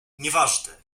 nieważne